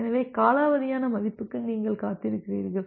எனவே காலாவதியான மதிப்புக்கு நீங்கள் காத்திருக்கிறீர்கள்